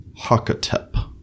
Hakatep